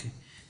תודה.